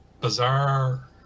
bizarre